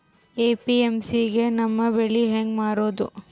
APMC ಗೆ ನಮ್ಮ ಬೆಳಿ ಹೆಂಗ ಮಾರೊದ?